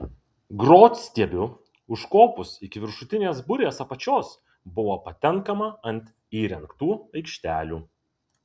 grotstiebiu užkopus iki viršutinės burės apačios buvo patenkama ant įrengtų aikštelių